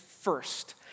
first